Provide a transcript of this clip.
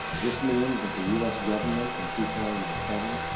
this means, that the us government, in two thousand and seven,